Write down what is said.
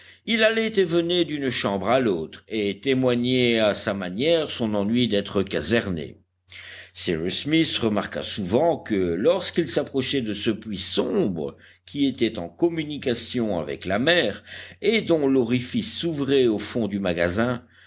il allait et venait d'une chambre à l'autre et témoignait à sa manière son ennui d'être caserné cyrus smith remarqua souvent que lorsqu'il s'approchait de ce puits sombre qui était en communication avec la mer et dont l'orifice s'ouvrait au fond du magasin